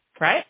Right